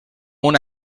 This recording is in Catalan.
una